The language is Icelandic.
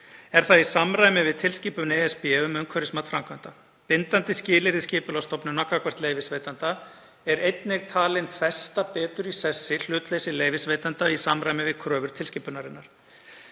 Er það í samræmi við tilskipun ESB um umhverfismat framkvæmda. Bindandi skilyrði Skipulagsstofnunar gagnvart leyfisveitanda er einnig talin festa betur í sessi hlutleysi leyfisveitanda í samræmi við kröfur tilskipunarinnar.